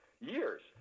years